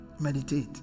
meditate